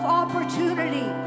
opportunity